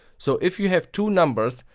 so if you have two numbers,